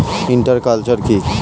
Inter culture কি?